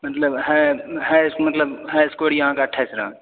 मतलब high high score यऽअहाँकेँ अठाइस रन